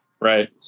Right